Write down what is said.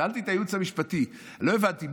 שאלתי את הייעוץ המשפטי: לא הבנתי,